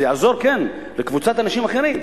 זה יעזור, כן, לקבוצת אנשים אחרים: